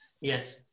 yes